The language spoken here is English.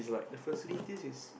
the facilities is